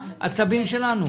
בין הזמנים.